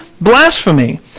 blasphemy